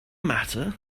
matter